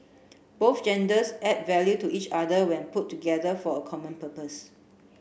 both genders add value to each other when put together for a common purpose